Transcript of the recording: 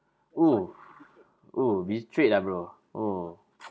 oo oo betrayed ah bro oh